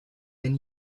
than